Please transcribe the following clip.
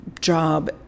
job